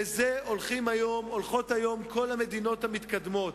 לזה הולכות היום כל המדינות המתקדמות.